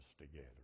together